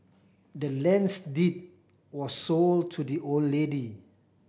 the land's deed was sold to the old lady